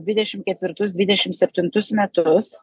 dvidešim ketvirtus dvidešim septintus metus